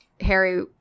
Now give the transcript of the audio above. harry